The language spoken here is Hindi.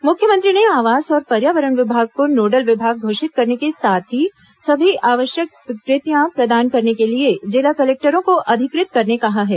मुख्यमंत्री ने आवास और पर्यावरण विभाग को नोडल विभाग घोषित करने के साथ ही सभी आवश्यक स्वीकृतियां प्रदान करने के लिए जिला कलेक्टरों को अधिकृत करने कहा है